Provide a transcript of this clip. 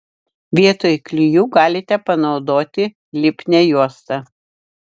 vietoj klijų galite panaudoti lipnią juostą